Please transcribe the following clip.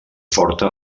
forta